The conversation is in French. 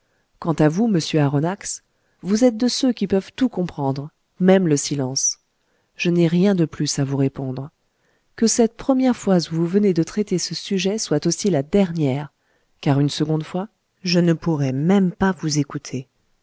quant à vous monsieur aronnax vous êtes de ceux qui peuvent tout comprendre même le silence je n'ai rien de plus à vous répondre que cette première fois où vous venez de traiter ce sujet soit aussi la dernière car une seconde fois je ne pourrais même pas vous écouter